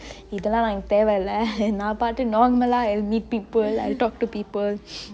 இதுலா எனக்கு தேவ இல்ல நா பாட்டுக்கு:ithulaa enaku teve ille naa paatuku normal லா:laa meet people I talk to people